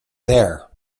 there